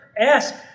Ask